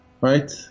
right